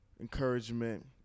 encouragement